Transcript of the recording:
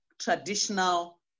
traditional